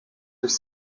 durch